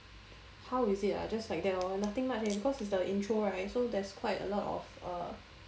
how is it ah just like that lor nothing much leh because it's the intro right so there's quite a lot of err